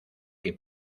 que